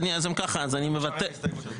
אם ככה, אני מוותר על ההסתייגות הזאת.